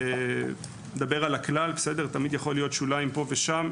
אני מדבר על הכלל תמיד יכולים להיות שוליים פה ושם,